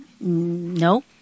No